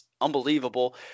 unbelievable